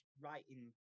writing